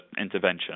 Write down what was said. intervention